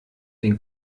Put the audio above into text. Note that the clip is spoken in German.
den